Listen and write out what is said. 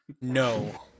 No